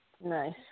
Nice